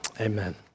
amen